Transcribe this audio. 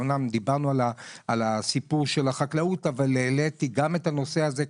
אמנם דיברנו על נושא החקלאות אבל אני העליתי את הנושא הזה.